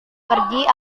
pergi